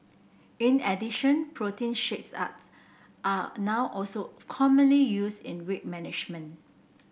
in addition protein shakes are now also commonly used in weight management